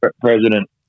president